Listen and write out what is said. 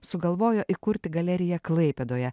sugalvojo įkurti galeriją klaipėdoje